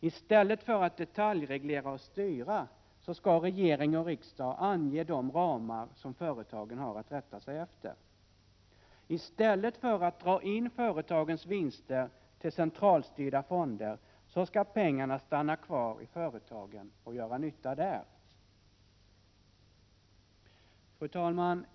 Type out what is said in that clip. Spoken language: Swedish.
I stället för att detaljreglera och styra skall regering och riksdag ange de ramar som företagen har att rätta sig efter. I stället för att dra in företagens vinster till centralstyrda fonder skall pengarna stanna kvar i företagen och göra nytta där. Fru talman!